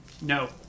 No